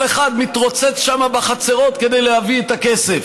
כל אחד מתרוצץ שם בחצרות כדי להביא את הכסף,